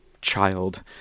child